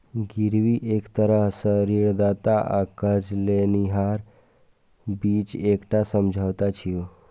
गिरवी एक तरह सं ऋणदाता आ कर्ज लेनिहारक बीच एकटा समझौता छियै